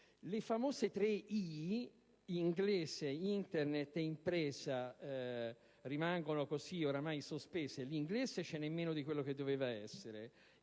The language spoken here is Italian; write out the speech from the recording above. Le famose tre «i» (inglese, Internet ed impresa) rimangono ormai sospese: di inglese ce n'è meno di quello che doveva esserci;